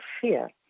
fear